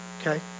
okay